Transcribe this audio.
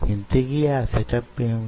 ఇంతకీ ఆ సెటప్ యేమిటి